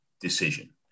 decision